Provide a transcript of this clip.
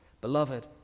Beloved